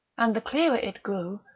and the clearer it grew,